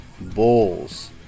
Bulls